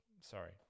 sorry